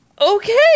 okay